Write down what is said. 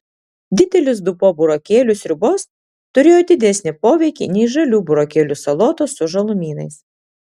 didelis dubuo burokėlių sriubos turėjo didesnį poveikį nei žalių burokėlių salotos su žalumynais